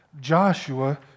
Joshua